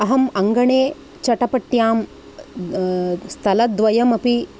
अहम् अङ्गणे चटपट्यां स्थलद्वयमपि